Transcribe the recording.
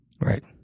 Right